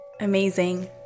Amazing